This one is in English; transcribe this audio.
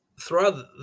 throughout